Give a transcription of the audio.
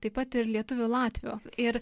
taip pat ir lietuvių latvių ir